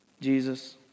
Jesus